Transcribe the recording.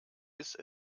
ist